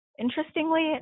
Interestingly